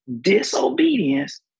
disobedience